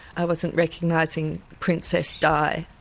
i wasn't recognising princess di.